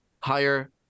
higher